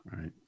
Right